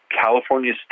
California